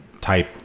Type